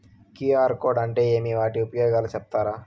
QR code అంటే ఏమి వాటి ఉపయోగాలు సెప్తారా?